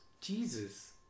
Jesus